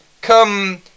Come